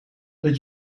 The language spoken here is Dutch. dat